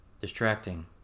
Distracting